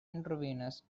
intravenous